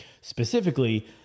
Specifically